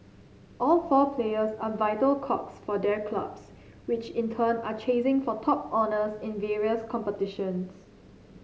all four players are vital cogs for their clubs which in turn are chasing for top honours in various competitions